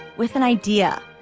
with an idea.